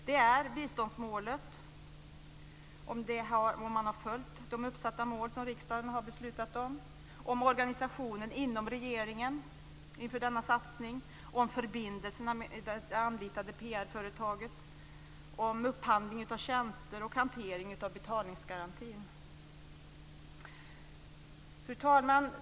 Det är biståndsmålet, om man har följt de uppsatta mål som riksdagen har beslutat om, om organisationen inom regeringen inför denna satsning, om förbindelserna med det anlitade PR Fru talman!